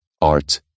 art